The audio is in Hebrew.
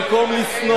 במקום לשנוא.